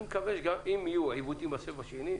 אם יהיו עיוותים בסבב השני,